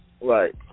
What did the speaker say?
Right